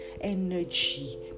energy